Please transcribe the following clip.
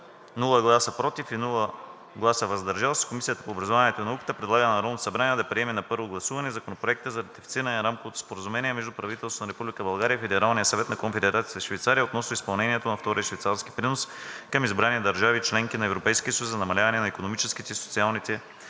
„за“, без „против“ и без „въздържал се“ предлага на Народното събрание да приеме на първо гласуване Законопроект за ратифициране на Рамковото споразумение между правителството на Република България и Федералния съвет на Конфедерация Швейцария относно изпълнението на Втория швейцарски принос към избрани държави – членки на Европейския съюз, за намаляване на икономическите и социалните